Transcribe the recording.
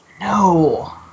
No